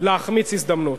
להחמיץ הזדמנות.